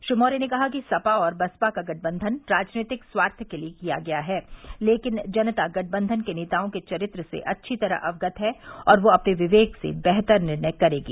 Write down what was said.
श्री मौर्य ने कहा कि सपा और बसपा का गठबन्धन राजनीतिक स्वार्थ के लिए किया गया है लेकिन जनता गठबन्धन के नेताओं के चरित्र से अच्छी तरह अवगत है और वह अपने विवेक से बेहतर निर्णय करेगी